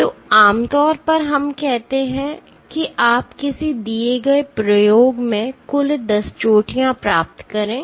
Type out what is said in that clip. तो आम तौर पर हम कहते हैं कि आप किसी दिए गए प्रयोग में कुल 10 चोटियाँ प्राप्त करें